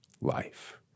life